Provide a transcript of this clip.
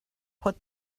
put